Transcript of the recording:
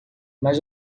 mas